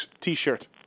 T-shirt